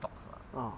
ah